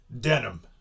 denim